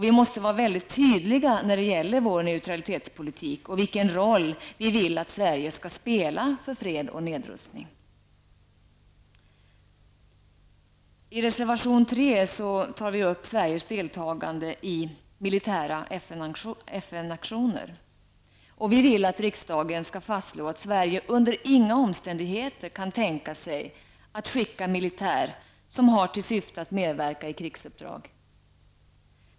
Vi måste vara mycket tydliga när det gäller vår neutralitetspolitik och vilken roll vi vill att Sverige skall spela för fred och nedrustning. I reservation 3 tar vi upp Sveriges deltagande i militära FN-aktioner. Vi vill att riksdagen skall fastslå att Sverige under inga omständigheter kan tänka sig att skicka militär som har till uppgift att medverka i krigsuppdrag.